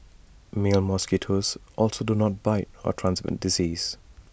male mosquitoes also do not bite or transmit disease